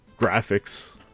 graphics